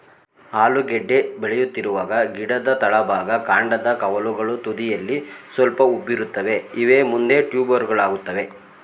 ಆಲೂಗೆಡ್ಡೆ ಬೆಳೆಯುತ್ತಿರುವಾಗ ಗಿಡದ ತಳಭಾಗ ಕಾಂಡದ ಕವಲುಗಳು ತುದಿಯಲ್ಲಿ ಸ್ವಲ್ಪ ಉಬ್ಬಿರುತ್ತವೆ ಇವೇ ಮುಂದೆ ಟ್ಯೂಬರುಗಳಾಗ್ತವೆ